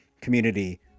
Community